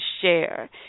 share